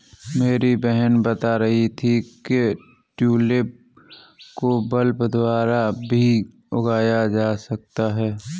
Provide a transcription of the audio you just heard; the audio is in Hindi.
मेरी बहन बता रही थी कि ट्यूलिप को बल्ब द्वारा भी उगाया जा सकता है